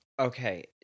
Okay